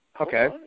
okay